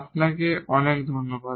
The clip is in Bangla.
আপনাকে অনেক ধন্যবাদ